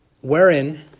wherein